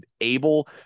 able –